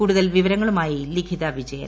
കൂടുതൽ വിവരങ്ങളുമായി ലിഖിത വിജയൻ